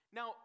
Now